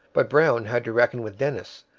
but brown had to reckon with dennis,